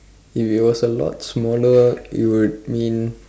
if it was a lot smaller it would mean